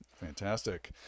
Fantastic